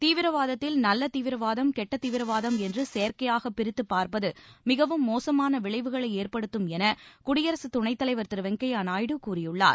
தீவிரவாதத்தில் நல்ல தீவிரவாரம் கெட்ட தீவிரவாதம் என்று செயற்கையாக பிரித்து பார்ப்பது மிகவும் மோசமான விளைவுகளை ஏற்படுத்தும் என குடியரசு துணைத்தலைவர் திரு வெங்கையா நாயுடு கூறியுள்ளார்